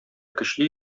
көчле